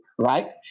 right